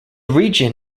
region